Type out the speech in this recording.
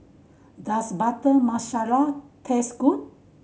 does Butter Masala taste good